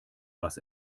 was